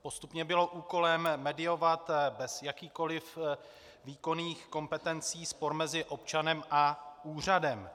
Postupně bylo úkolem mediovat bez jakýchkoli výkonných kompetencí spor mezi občanem a úřadem.